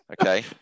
okay